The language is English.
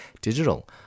Digital